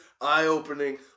eye-opening